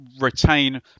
retain